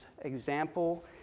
example